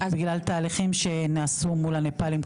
בגלל תהליכים שנעשו מול הנפאלים,